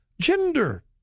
gender